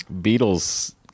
Beatles